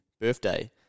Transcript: birthday